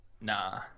nah